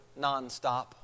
nonstop